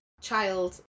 child